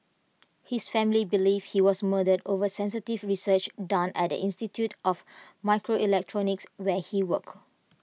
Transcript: his family believe he was murdered over sensitive research done at institute of microelectronics where he worked